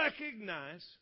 recognize